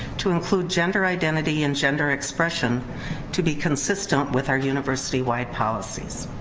to include gender identity and gender expression to be consistent with our university wide policies.